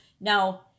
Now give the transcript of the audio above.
now